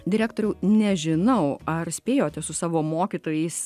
direktoriau nežinau ar spėjote su savo mokytojais